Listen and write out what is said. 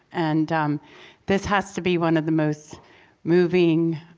and um this has to be one of the most moving,